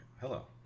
Hello